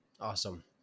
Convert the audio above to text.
awesome